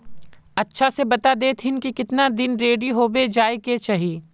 अच्छा से बता देतहिन की कीतना दिन रेडी होबे जाय के चही?